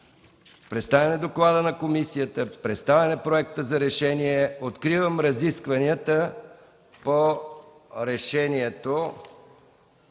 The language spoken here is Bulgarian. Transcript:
Представен е Докладът на комисията, представен е Проектът за решение. Откривам разискванията по решението